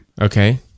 okay